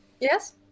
Yes